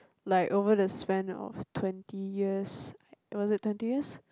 like over the span of twenty years was it twenty years